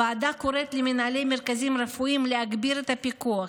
הוועדה קוראת למנהלי מרכזים רפואיים להגביר את הפיקוח,